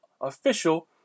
official